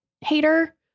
hater